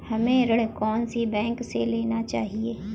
हमें ऋण कौन सी बैंक से लेना चाहिए?